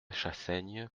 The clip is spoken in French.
chassaigne